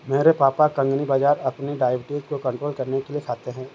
मेरे पापा कंगनी बाजरा अपनी डायबिटीज को कंट्रोल करने के लिए खाते हैं